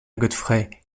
godfrey